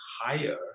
higher